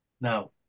now